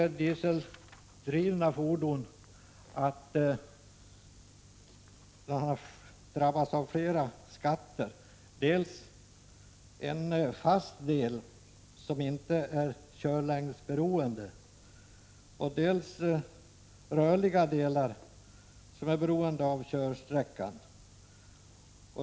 Dieseldrivna fordon har nämligen drabbats av flera skatter, dels en fast del som inte är körlängdsberoende, dels rörliga delar som är beroende av körsträckan.